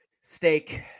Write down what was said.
steak